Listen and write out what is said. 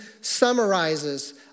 summarizes